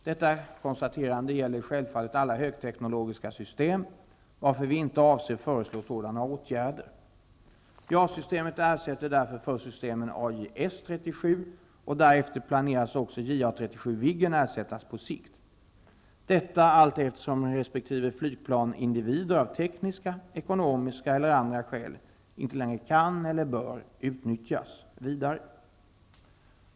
Detta konstaterande gäller självfallet alla högteknologiska system, varför vi inte avser föreslå sådana åtgärder. JAS-systemet ersätter därför först systemen AJ/S 37, och därefter planeras också JA 37 Viggen att ersättas på sikt, detta allteftersom resp. flygplanindivider av tekniska, ekonomiska eller andra skäl inte längre kan eller bör utnyttjas vidare.